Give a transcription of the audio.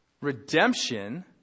Redemption